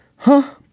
huh.